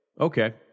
Okay